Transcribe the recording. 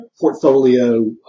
portfolio